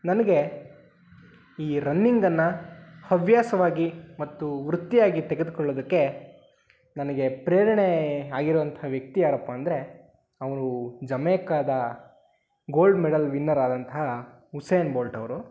ನನಗೆ ಈ ರನ್ನಿಂಗನ್ನು ಹವ್ಯಾಸವಾಗಿ ಮತ್ತು ವೃತ್ತಿಯಾಗಿ ತೆಗೆದುಕೊಳ್ಳೋದಕ್ಕೆ ನನಗೆ ಪ್ರೇರಣೆ ಆಗಿರುವಂಥ ವ್ಯಕ್ತಿ ಯಾರಪ್ಪ ಅಂದರೆ ಅವರು ಜಮೈಕಾದ ಗೋಲ್ಡ್ ಮೆಡಲ್ ವಿನ್ನರ್ ಆದಂತಹ ಉಸೇನ್ ಬೋಲ್ಟ್ ಅವರು